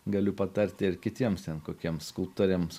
galiu patarti ir kitiems ten kokiems skulptoriams